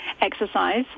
Exercise